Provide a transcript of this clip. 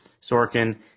sorkin